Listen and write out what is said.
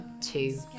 two